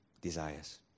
desires